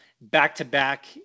back-to-back